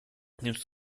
nimmst